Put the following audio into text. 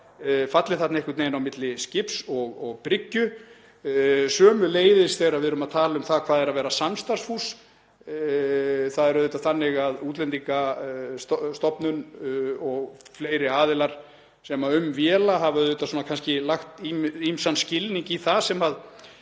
falli þarna einhvern veginn á milli skips og bryggju, sömuleiðis þegar við erum að tala um hvað það er að vera samstarfsfús. Það er auðvitað þannig að Útlendingastofnun og fleiri aðilar sem um véla hafa kannski lagt ýmsan skilning í það sem er